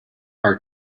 are